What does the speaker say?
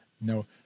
no